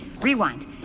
rewind